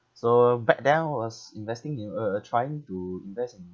so back then I was investing in uh trying to invest in